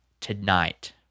tonight